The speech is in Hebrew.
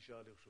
תודה